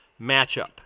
matchup